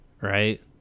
right